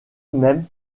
même